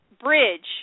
bridge